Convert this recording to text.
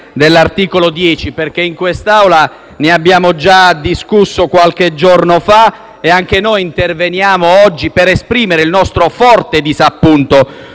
dell'articolo 10. In quest'Aula ne abbiamo già discusso qualche giorno fa e anche noi interveniamo, oggi, per esprimere il nostro forte disappunto